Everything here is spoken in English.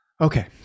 Okay